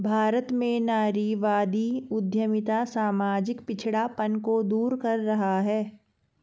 भारत में नारीवादी उद्यमिता सामाजिक पिछड़ापन को दूर कर रहा है